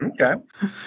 Okay